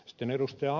sitten ed